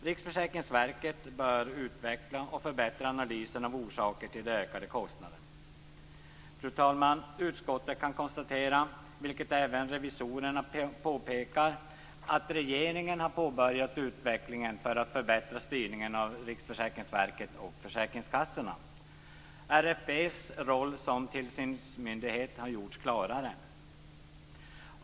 Riksförsäkringsverket bör utveckla och förbättra analysen av orsakerna till de ökande kostnaderna. Fru talman! Utskottet konstaterar, vilket även revisorerna har påpekat, att regeringen har påbörjat utvecklingen för att förbättra styrningen av Riksförsäkringsverket och försäkringskassorna. RFV:s roll som tillsynsmyndighet har gjorts tydligare.